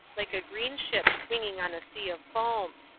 like a green ship swinging on a sea of foam.